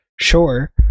Sure